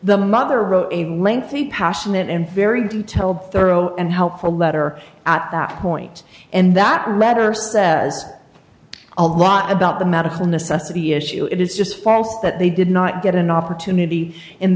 the mother wrote a lengthy passionate and very detailed thorough and helpful letter at that point and that matter says a lot about the medical necessity issue it is just false that they did not get an opportunity